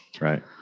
right